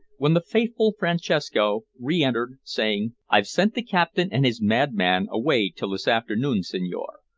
when the faithful francesco re-entered, saying i've sent the captain and his madman away till this afternoon, signore.